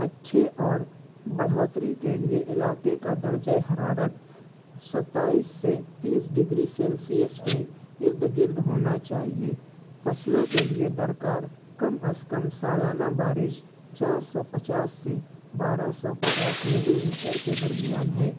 اچھے اور بڑھوتری کے لئے علاقے کا درجۂ حرارت ستائیس سے تیس ڈگری سیلسیس کے ارد گرد ہونا چاہیے فصلوں کے لئے درکار کم از کم سالانہ بارش چار سو پچاس سے بارہ سو پچاس ملی میٹر کے درمیان ہے